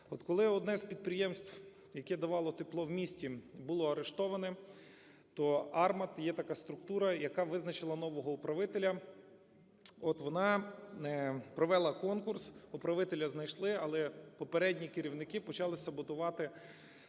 От коли одне з підприємств, яке давало тепло в місті, було арештоване, то "Армат", є така структура, яка визначила нового управителя. От вона провела конкурс, управителя знайшли, але попередні керівники почали саботувати